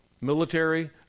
military